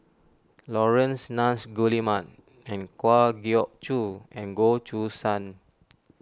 Laurence Nunns Guillemard and Kwa Geok Choo and Goh Choo San